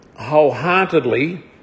wholeheartedly